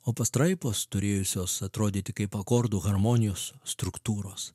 o pastraipos turėjusios atrodyti kaip akordų harmonijos struktūros